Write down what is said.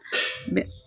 مےٚ